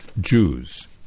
Jews